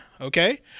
okay